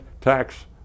tax